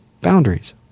boundaries